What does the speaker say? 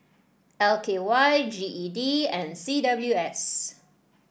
L K Y G E D and C W S